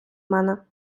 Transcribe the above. мене